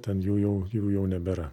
ten jų jau jų jau nebėra